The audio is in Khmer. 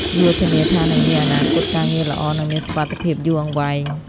វាធានាថានឹងមានអនាគតការងារល្អនិងមានសុវត្ថិភាពយូរអង្វែង។